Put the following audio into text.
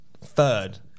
third